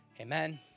amen